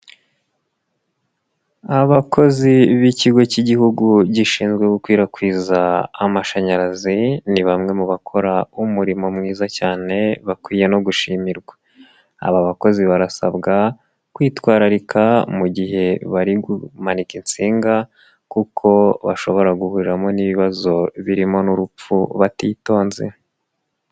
Abakozi b'ikigo cy'igihugu gishinzwe gukwirakwiza amashanyarazi, ni bamwe mu bakora umurimo mwiza cyane bakwiye no gushimirwa, aba bakozi barasabwa kwitwararika mu gihe bari kumanika insinga kuko bashobora guhuriramo n'ibibazo birimo n'urupfu batitonze.